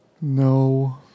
No